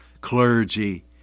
clergy